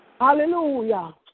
Hallelujah